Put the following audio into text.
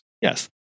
Yes